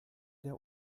der